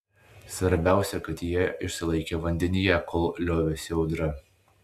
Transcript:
svarbiausia kad jie išsilaikė vandenyje kol liovėsi audra